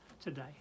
today